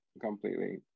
completely